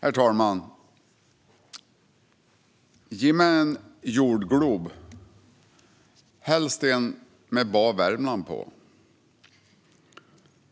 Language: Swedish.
Herr ålderspresident! "Gi mej en jordglob, men helst en mä bare Värmland på."